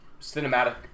cinematic